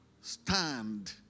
Stand